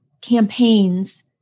campaigns